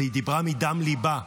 היא דיברה מדם ליבה.